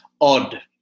odd